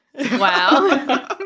Wow